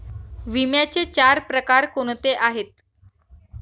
विम्याचे चार प्रकार कोणते आहेत?